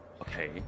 Okay